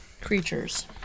creatures